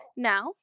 Now